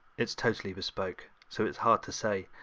it's totally bespoke, so it's hard to say,